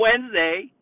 Wednesday